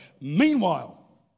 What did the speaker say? Meanwhile